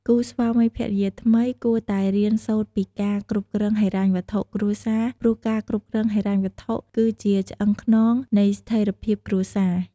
គូរស្វាមីភរិយាថ្មីគួតែរៀនសូត្រពីការគ្រប់គ្រងហិរញ្ញវត្ថុគ្រួសារ ព្រោះការគ្រប់គ្រងហិរញ្ញវត្ថុគឺជាឆ្អឹងខ្នងនៃស្ថេរភាពគ្រួសារ។